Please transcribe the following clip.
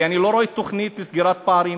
כי אני לא רואה תוכנית לסגירת פערים,